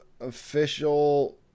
official